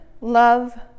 love